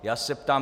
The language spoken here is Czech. Já se ptám: